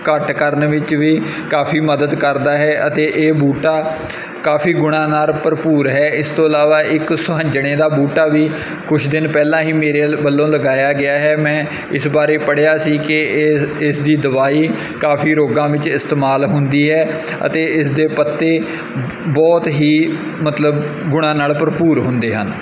ਘੱਟ ਕਰਨ ਵਿੱਚ ਵੀ ਕਾਫੀ ਮਦਦ ਕਰਦਾ ਹੈ ਅਤੇ ਇਹ ਬੂਟਾ ਕਾਫੀ ਗੁਣਾਂ ਨਾਲ ਭਰਪੂਰ ਹੈ ਇਸ ਤੋਂ ਇਲਾਵਾ ਇੱਕ ਸੁਹੰਜਣੇ ਦਾ ਬੂਟਾ ਵੀ ਕੁਛ ਦਿਨ ਪਹਿਲਾਂ ਹੀ ਮੇਰੇ ਅਲ ਵੱਲੋਂ ਲਗਾਇਆ ਗਿਆ ਹੈ ਮੈਂ ਇਸ ਬਾਰੇ ਪੜ੍ਹਿਆ ਸੀ ਕਿ ਇਹ ਇਸ ਦੀ ਦਵਾਈ ਕਾਫੀ ਰੋਗਾਂ ਵਿੱਚ ਇਸਤੇਮਾਲ ਹੁੰਦੀ ਹੈ ਅਤੇ ਇਸ ਦੇ ਪੱਤੇ ਬਹੁਤ ਹੀ ਮਤਲਬ ਗੁਣਾਂ ਨਾਲ ਭਰਪੂਰ ਹੁੰਦੇ ਹਨ